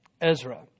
Ezra